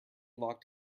locked